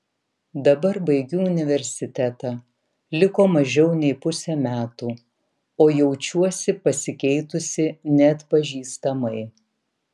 dabar baigiu universitetą liko mažiau nei pusė metų o jaučiuosi pasikeitusi neatpažįstamai